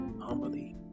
humbly